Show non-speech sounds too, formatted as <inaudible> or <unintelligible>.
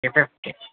<unintelligible>